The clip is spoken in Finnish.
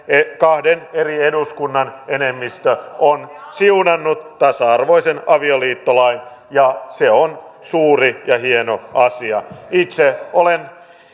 kahden eri eduskunnan enemmistö on siunannut tasa arvoisen avioliittolain ja se on suuri ja hieno asia itse olen